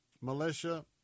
Militia